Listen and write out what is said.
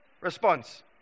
response